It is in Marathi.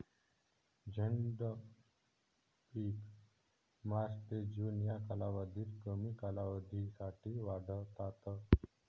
झैद पिके मार्च ते जून या कालावधीत कमी कालावधीसाठी वाढतात